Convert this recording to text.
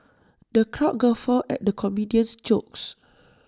the crowd guffawed at the comedian's jokes